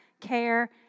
care